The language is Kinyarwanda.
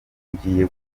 ngiye